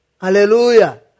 Hallelujah